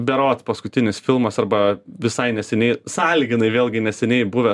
berods paskutinis filmas arba visai neseniai sąlyginai vėlgi neseniai buvęs